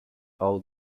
all